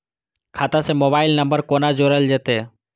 खाता से mobile number कोना जोरल जेते?